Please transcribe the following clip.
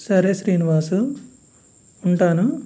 సరే శ్రీనివాసు ఉంటాను